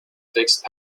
fixed